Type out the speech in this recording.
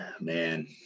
man